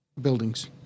buildings